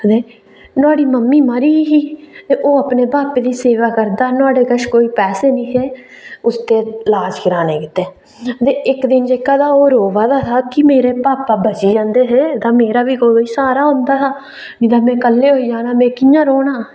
नुआढ़ी मम्मी मरी दी ही तो ओह् अपने पापा दी सेवा करदा नुआढ़े कश कोई पैसे नेईं हे उसदे इलाज कराने गितै इक्क दिन जेह्का ओह् रोआ दा हा कि मेरे पापा बची जंदे तां मेरा बी कोई स्हारा होंदा हा नेईं ता मीे कल्ले होई जाना ऐ मीे कि'यां रौह्ना